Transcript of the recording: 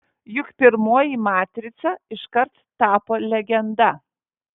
juk pirmoji matrica iškart tapo legenda